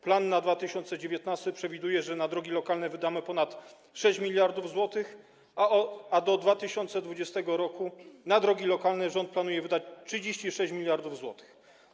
Plan na 2019 r. przewiduje, że na drogi lokalne wydamy ponad 6 mld zł, a do 2020 r. na drogi lokalne rząd planuje wydać 36 mld zł.